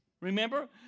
remember